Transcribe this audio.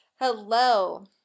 hello